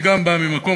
בבקשה.